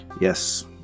Yes